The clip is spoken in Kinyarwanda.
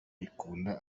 ikunda